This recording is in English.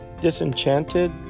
Disenchanted